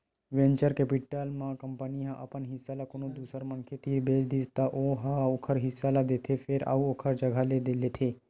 venture capital म company ह अपन हिस्सा ल कोनो दूसर मनखे तीर बेच दिस त ओ ह ओखर हिस्सा ल लेथे फेर अउ ओखर जघा ले लेथे